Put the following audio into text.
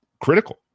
critical